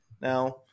now